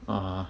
(uh huh)